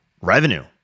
revenue